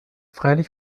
freilich